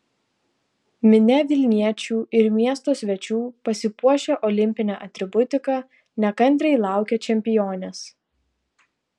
minia vilniečių ir miesto svečių pasipuošę olimpine atributika nekantriai laukė čempionės